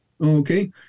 okay